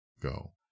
go